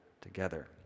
together